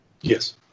Yes